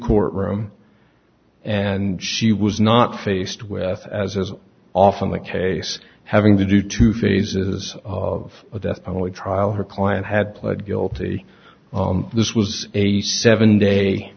courtroom and she was not faced with as as often the case having to do two phases of a death penalty trial her client had pled guilty this was a seven day